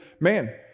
man